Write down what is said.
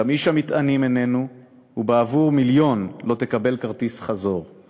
/ גם איש המטענים איננו / ובעבור מיליון / לא תקבל כרטיס חזור /